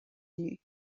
inniu